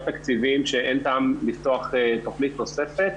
תקציבים שאין טעם לפתוח תכנית נוספת.